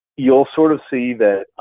you'll sort of see that